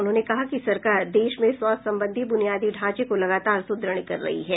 उन्होंने कहा कि सरकार देश में स्वास्थ्य संबंधी ब्रनियादी ढांचे को लगातार सुदृढ़ कर रही है